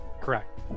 Correct